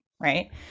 right